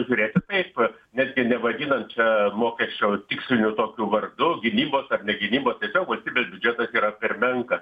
žiūrėti taip netgi ne vadinant čia mokesčio tiksliniu tokiu vardu gynybos ar ne gynybos tiesiog valstybės biudžetas yra per menkas